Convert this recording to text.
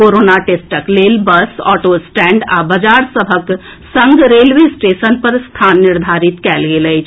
corona टेस्टक लेल bus auto stand आ बाजार सभक संग रेलवे स्टेशन पर स्थान निर्धारित कएल गेल अछि